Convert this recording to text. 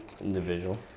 individual